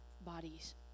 bodies